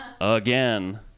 again